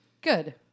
good